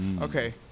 okay